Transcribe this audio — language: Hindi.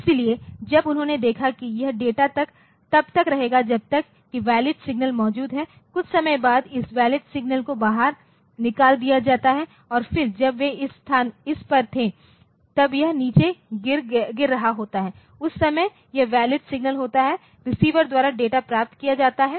इसलिए जब उन्होंने देखा कि यह डेटा तब तक रहेगा जब तक कि वैलिड सिग्नल मौजूद है कुछ समय बाद इस वैलिड सिग्नल को बाहर निकाल दिया जाता है और फिर जब वे इस पर थे तब यह नीचे गिर रहा होता है उस समय यह वैलिड सिग्नल होता है रिसीवर द्वारा डेटा प्राप्त किया जाता है